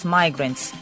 migrants